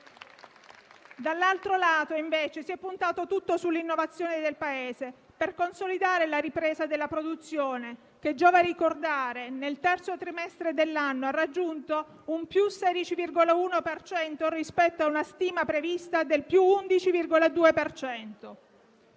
Dall'altro lato, invece, si è puntato tutto sull'innovazione del Paese, per consolidare la ripresa della produzione che - giova ricordarlo - nel terzo trimestre dell'anno ha raggiunto un aumento del 16,1 per cento rispetto alla stima prevista (più 11,2